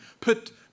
put